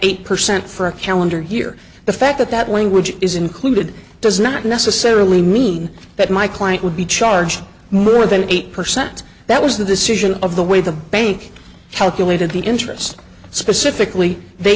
eight percent for a calendar year the fact that that language is included does not necessarily mean that my client would be charged more than eight percent that was the decision of the way the bank calculated the interest specifically they